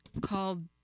called